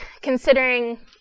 considering